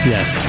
Yes